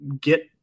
get